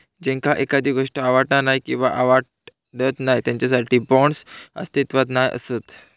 ज्यांका एखादी गोष्ट आवडना नाय किंवा आवडत नाय त्यांच्यासाठी बाँड्स अस्तित्वात नाय असत